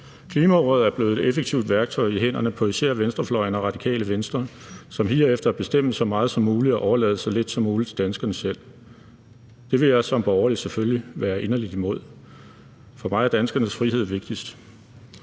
Klimaordet er blevet et effektivt værktøj i hænderne på især venstrefløjen og Radikale Venstre, som higer efter at bestemme så meget som muligt og overlade så lidt som muligt til danskerne selv. Det vil jeg som borgerlig selvfølgelig være inderligt imod. For mig er danskernes frihed vigtigst.